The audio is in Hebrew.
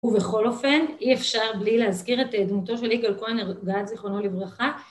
ובכל אופן אי אפשר בלי להזכיר את דמותו של יאגל כהן זיכרונו לברכה